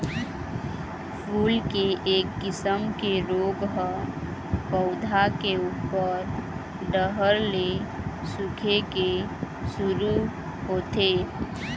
फूल के एक किसम के रोग ह पउधा के उप्पर डहर ले सूखे के शुरू होथे